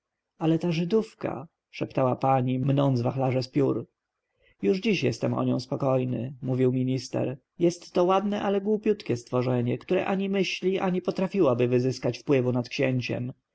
ale ta żydówka szeptała pani mnąc wachlarz z piór już dziś jestem o nią spokojny mówił minister jest to ładne ale głupiutkie stworzenie które ani myśli ani potrafiłoby wyzyskać wpływu nad księciem